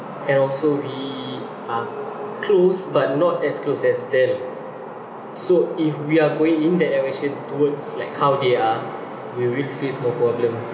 and also we are closed but not as closed as them so if we are going in that direction towards like how they are we will face more problems